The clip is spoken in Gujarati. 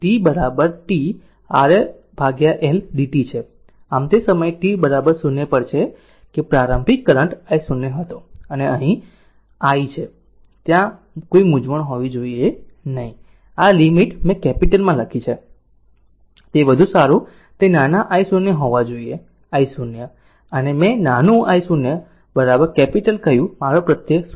આમ આ તે સમયે t 0 પર છે કે પ્રારંભિક કરંટ I0 હતો અને અહીં i અહીં આ એક છે ત્યાં કોઈ મૂંઝવણ ન હોવી જોઈએ આ લીમીટ મેં આ કેપિટલ લખી છે તે વધુ સારું તે નાના I0 હોવા જોઈએ I0 અને મેં નાનું I0 કેપિટલ કહ્યું મારો પ્રત્યય 0